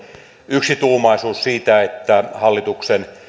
yksituumaisuus siitä että hallituksen